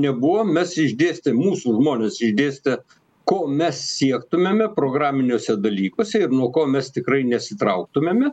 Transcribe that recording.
nebuvo mes išdėstėm mūsų žmonės išdėstė ko mes siektumėme programiniuose dalykuose ir nuo ko mes tikrai nesitrauktumėme